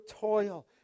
toil